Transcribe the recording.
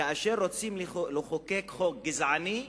כאשר רוצים לחוקק חוק גזעני,